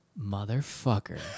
motherfucker